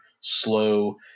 slow